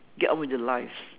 get on with their lives